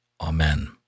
Amen